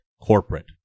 corporate